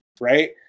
right